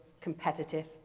competitive